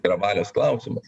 yra valios klausimas